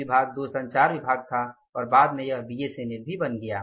एक विभाग दूरसंचार विभाग था और बाद में यह बीएसएनएल भी बन गया